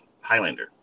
Highlander